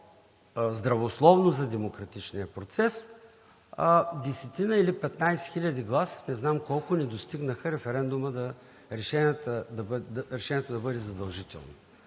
по-здравословно за демократичния процес – десетина или петнадесет гласа, не знам колко, не достигнаха на референдума решението да бъде задължително.